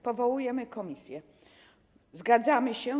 Powołujemy komisję, zgadzamy się.